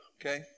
Okay